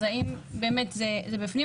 אז האם באמת זה בפנים?